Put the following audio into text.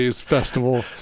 festival